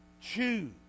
choose